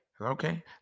okay